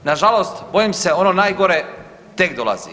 Nažalost, bojim se ono najgore tek dolazi.